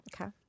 Okay